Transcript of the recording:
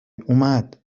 اومد